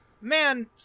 man